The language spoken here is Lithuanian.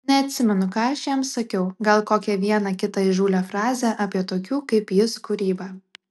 neatsimenu ką aš jam sakiau gal kokią vieną kitą įžūlią frazę apie tokių kaip jis kūrybą